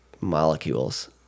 molecules